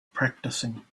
practicing